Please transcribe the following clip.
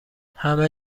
همه